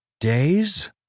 Days